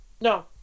No